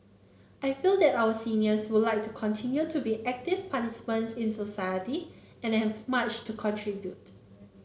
I feel that our seniors would like to continue to be active participants in society and have much to contribute